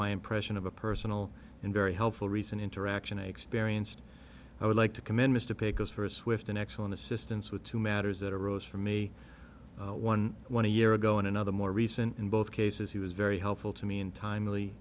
my impression of a personal and very helpful reason interaction experienced i would like to commend mr pecos for a swift an excellent assistance with two matters that arose from a one when a year ago in another more recent in both cases he was very helpful to me and timely